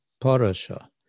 parasha